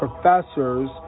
professors